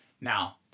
Now